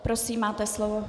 Prosím, máte slovo.